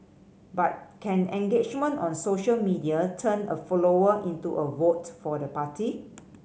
but can engagement on social media turn a follower into a vote for the party